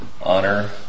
honor